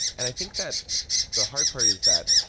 and i think that the hard part is that